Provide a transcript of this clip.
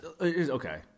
okay